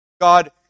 God